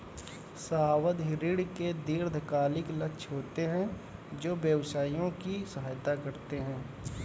सावधि ऋण के दीर्घकालिक लक्ष्य होते हैं जो व्यवसायों की सहायता करते हैं